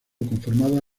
conformada